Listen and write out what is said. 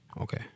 Okay